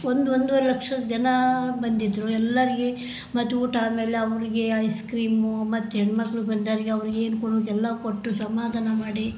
ಒಂದು ಒಂದೂವರೆ ಲಕ್ಷ ಜನ ಬಂದಿದ್ದರು ಎಲ್ಲರ್ಗೂ ಮತ್ತೆ ಊಟ ಆದ ಮೇಲೆ ಅವ್ರಿಗೆ ಐಸ್ಕ್ರೀಮು ಮತ್ತು ಹೆಣ್ಣುಮಕ್ಳು ಬಂದೋರ್ಗೆ ಅವ್ರ್ಗೆ ಏನು ಕೊಡೋದ್ ಎಲ್ಲ ಕೊಟ್ಟು ಸಮಾಧಾನ ಮಾಡಿ